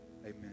amen